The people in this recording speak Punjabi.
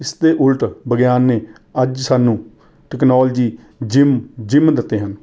ਇਸ ਦੇ ਉਲਟ ਵਿਗਿਆਨ ਨੇ ਅੱਜ ਸਾਨੂੰ ਟੈਕਨੋਲੋਜੀ ਜਿੰਮ ਜਿੰਮ ਦਿੱਤੇ ਹਨ